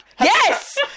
Yes